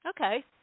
Okay